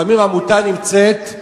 לפעמים עמותה נמצאת,